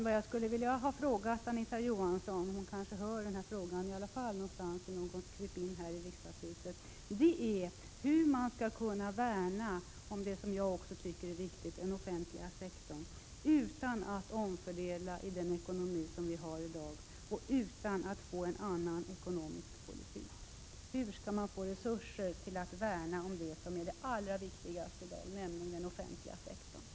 Vad jag då hade velat fråga Anita Johansson — hon kanske ändå hör den här frågan i något krypin här i riksdagshuset — är hur man skall kunna värna den offentliga sektorn, som också jag tycker är viktig, utan att omfördela i den ekonomi vi i dag har och utan att föra en annan ekonomisk politik. Hur skall man få resurser att värna det som i dag är det allra viktigaste, nämligen den offentliga sektorn?